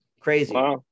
Crazy